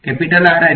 વિદ્યાર્થી R અને t